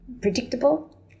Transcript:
predictable